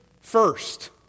first